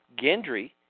Gendry